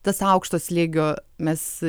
tas aukšto slėgio mes